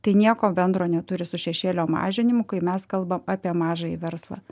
tai nieko bendro neturi su šešėlio mažinimu kai mes kalbam apie mažąjį verslą